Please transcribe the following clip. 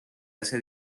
hace